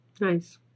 Nice